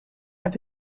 have